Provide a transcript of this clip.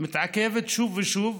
מתעכבת שוב ושוב,